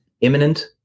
imminent